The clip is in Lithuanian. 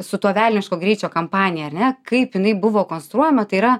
su tuo velniško greičio kampanija ar ne kaip jinai buvo konstruojama tai yra